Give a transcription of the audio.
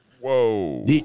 Whoa